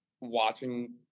watching